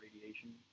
radiation